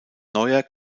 neuer